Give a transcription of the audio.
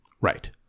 Right